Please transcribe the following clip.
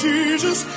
Jesus